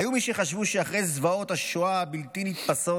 היו מי שחשבו שאחרי זוועות השואה הבלתי-נתפסות